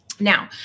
Now